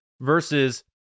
versus